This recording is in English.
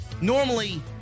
normally